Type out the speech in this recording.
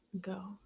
go